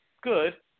good